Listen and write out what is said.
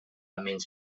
menys